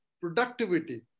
productivity